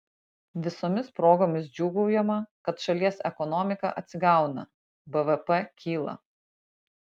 visomis progomis džiūgaujama kad šalies ekonomika atsigauna bvp kyla